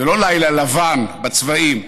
זה לא לילה לבן בצבעים.